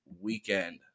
weekend